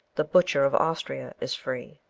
the butcher of austria is free.